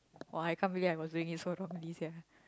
!wah! I can't believe I was doing it so wrongly sia